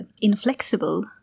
inflexible